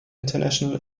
international